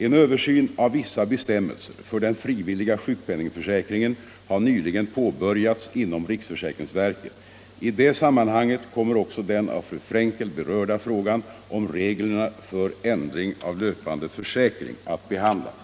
En översyn av vissa bestämmelser för den frivilliga sjukpenningförsäkringen har nyligen påbörjats inom riksförsäkringsverket. I det sammanhanget kommer också den av fru Frenkel berörda frågan om reglerna för ändring av löpande försäkring att behandlas.